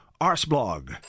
arsblog